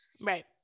right